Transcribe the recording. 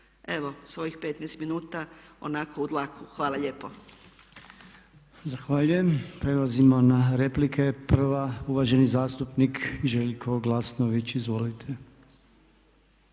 Evo svojih 15 minuta onako u dlaku. Hvala lijepo. **Podolnjak, Robert (MOST)** Zahvaljujem. Prelazimo na replike. Prva uvaženi zastupnik Željo Glasnović. Izvolite.